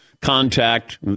contact